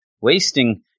wasting